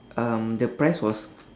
um the price was